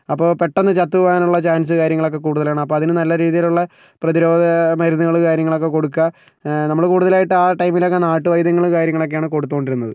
അപ്പോൾ പെട്ടെന്ന് ചത്തു പോകാനുള്ള ചാൻസ് കാര്യങ്ങളൊക്കേ കൂടുതലാണ് അപ്പോൾ അതിന് നല്ല രീതിയിലുള്ള പ്രതിരോധ മരുന്നുകള് കാര്യങ്ങളൊക്കേ കൊടുക്കുക നമ്മള് കൂടുതലായിട്ട് ആ ടൈമിലൊക്കെ നാട്ടുവൈദ്യങ്ങള് കാര്യങ്ങളൊക്കെയാണ് കൊടുത്തു കൊണ്ടിരുന്നത്